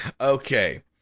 Okay